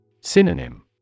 Synonym